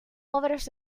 obras